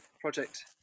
project